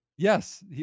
Yes